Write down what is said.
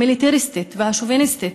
המיליטריסטית והשוביניסטית.